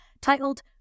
titled